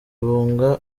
banga